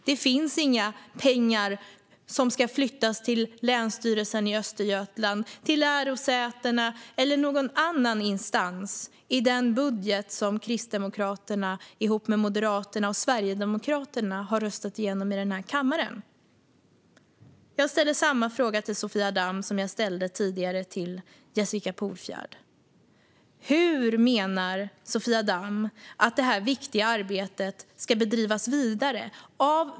Det finns inga pengar som flyttas till Länsstyrelsen Östergötland, till lärosätena eller till någon annan instans i den budget som Kristdemokraterna ihop med Moderaterna och Sverigedemokraterna har röstat igenom i denna kammare. Jag ställer samma fråga till Sofia Damm som jag ställde till Jessica Polfjärd: Av vem och med vilka pengar menar du att detta viktiga arbete ska bedrivas vidare?